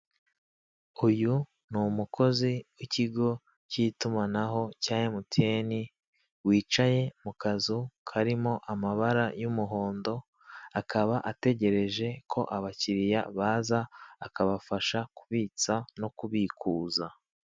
Uyu ni umukozi w'ikigo k'itumanaho cya emutiyeni wicaye mu kazu karimo amabara y'umuhondo akaba ategereje ko abakiriya baza akabafasha kubitsa no kubikuza.